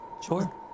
Sure